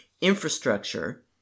infrastructure